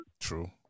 True